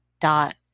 dot